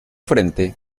frente